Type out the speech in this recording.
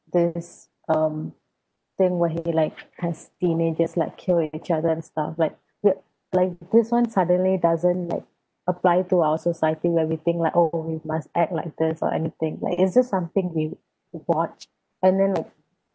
this um thing where he be like has teenagers like killing each other and stuff like that like this [one] suddenly doesn't like apply to our society where we think like oh we must act like this or anything like it's just something we watch and then like